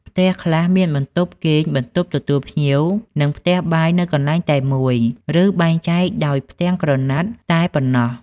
ផ្ទះខ្លះមានបន្ទប់គេង បន្ទប់ទទួលភ្ញៀវ និងផ្ទះបាយនៅកន្លែងតែមួយ ឬបែងចែកដោយផ្ទាំងក្រណាត់តែប៉ុណ្ណោះ។